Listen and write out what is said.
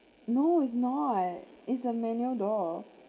no it's not it's a manual door